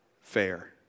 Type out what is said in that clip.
fair